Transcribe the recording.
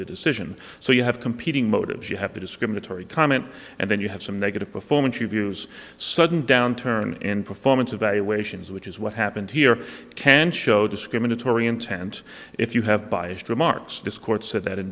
the decision so you have competing motives you have a discriminatory comment and then you have some negative performance reviews sudden downturn in performance evaluations which is what happened here can show discriminatory intent if you have biased remarks discords said that a